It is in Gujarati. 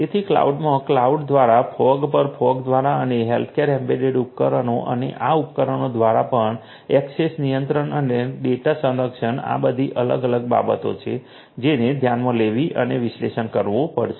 તેથી કલાઉડમાં કલાઉડ દ્વારા ફોગ પર ફોગ દ્વારા અને હેલ્થકેર એમ્બેડેડ ઉપકરણો અને આ ઉપકરણો દ્વારા પણ ઍક્સેસ નિયંત્રણ અને ડેટા સંરક્ષણ આ બધી અલગ અલગ બાબતો છે જેને ધ્યાનમાં લેવી અને વિશ્લેષણ કરવું પડશે